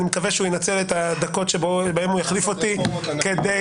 אני מקווה שהוא ינצל את הדקות שבהן הוא יחליף אותי כדי